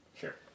Sure